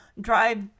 drive